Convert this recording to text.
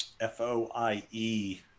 F-O-I-E